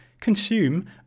consume